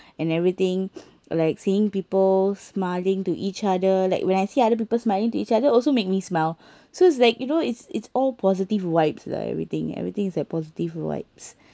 and everything like seeing people smiling to each other like when I see other people smiling to each other also make me smile so it's like you know it's it's all positive vibes lah everything everything is like positive vibes